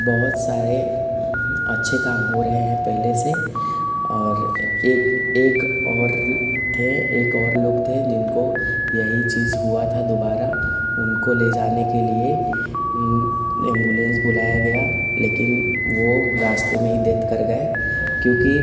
बहुत सारे अच्छे काम हो रहे हैं पहले से और एक एक और थे एक और लोग थे जिनको यही चीज़ हुआ था दोबारा उनको ले जाने के लिए एम्बुलेंस बुलाया गया लेकिन वो रास्ते में ही डेथ कर गए क्योंकि